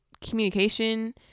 communication